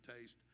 taste